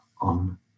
on